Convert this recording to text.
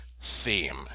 theme